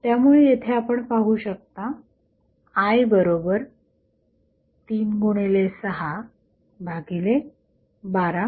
त्यामुळे येथे आपण पाहू शकता I36121